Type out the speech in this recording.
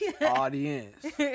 Audience